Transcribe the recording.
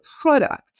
product